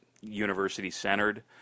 university-centered